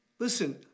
Listen